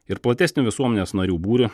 ir platesnį visuomenės narių būrį